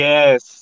Yes